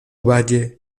valle